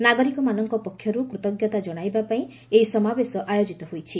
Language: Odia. ନାଗରିକମାନଙ୍କ ପକ୍ଷରୁ କୃତଜ୍ଞତା ଜଣାଇବାପାଇଁ ଏହି ସମାବେଶ ଆୟୋଜିତ ହୋଇଛି